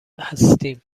هستیم